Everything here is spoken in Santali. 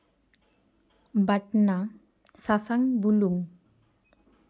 ᱵᱟᱴᱱᱟ ᱥᱟᱥᱟᱝ ᱵᱩᱞᱩᱝ